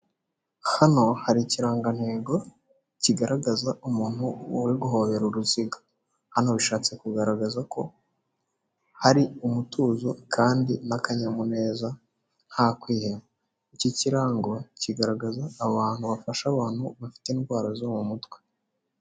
Hano hari ikirangantego kigaragaza umuntu uri guhobera uruziga, hano bishatse kugaragaza ko hari umutuzo kandi n'akanyamuneza nta kwiheba, iki kirango kigaragaza abantu bafasha abantu bafite indwara zo mu mutwe.